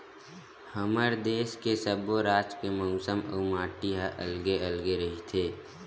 हमर देस के सब्बो राज के मउसम अउ माटी ह अलगे अलगे रहिथे